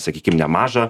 sakykim nemažą